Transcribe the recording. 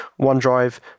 OneDrive